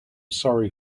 sorry